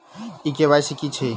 ई KYC की अछि?